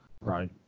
Right